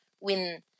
win